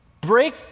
break